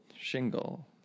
shingle